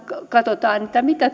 katsotaan mitä mitä